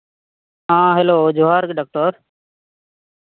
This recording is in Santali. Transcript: ᱦᱮᱸ ᱦᱮᱞᱳ ᱡᱚᱦᱟᱨ ᱜᱮ ᱰᱚᱠᱴᱚᱨ